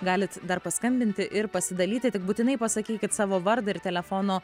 galit dar paskambinti ir pasidalyti tik būtinai pasakykit savo vardą ir telefono